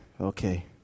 Okay